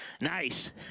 Nice